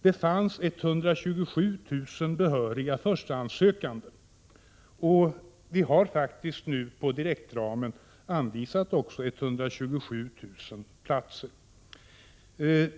Det fanns 127 000 behöriga förstahandssökande, och vi har nu på direktramen anvisat 127 000 platser.